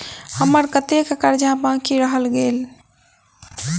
हम्मर कत्तेक कर्जा बाकी रहल गेलइ?